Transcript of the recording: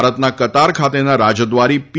ભારતના કતાર ખાતેના રાજદ્વારી પી